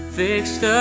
fixed